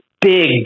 big